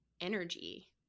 energy